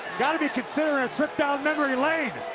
gotta be considering a trip down memory lane.